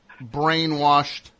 brainwashed